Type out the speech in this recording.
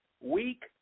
weak